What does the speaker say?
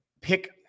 Pick